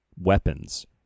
weapons